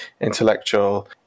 intellectual